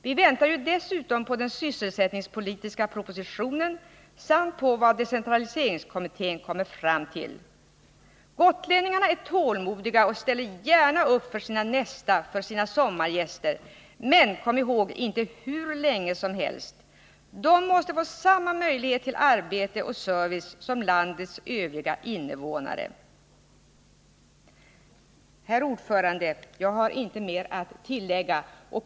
Vi väntar dessutom på den sysselsättningspolitiska propositionen samt på vad decentraliseringskommittén kommer fram till. Gotlänningarna är tålmodiga och ställer gärna upp för sin nästa — för sina sommargäster. Men kom ihåg — inte hur länge som helst! De måste få samma möjlighet till arbete och service som landets övriga invånare. Herr talman! Jag har inte mera att tillägga.